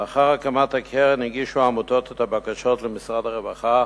לאחר הקמת הקרן הגישו העמותות את הבקשות למשרד הרווחה,